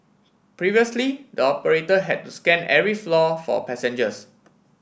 previously the operator had to scan every floor for passengers